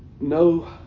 no